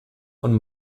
und